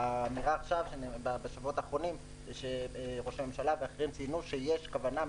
האמירה בשבועות האחרונים היא שראש הממשלה ואחרים ציינו שיש כוונה,